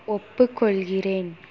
ஒப்புக்கொள்கிறேன்